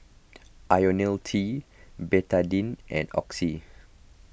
Ionil T Betadine and Oxy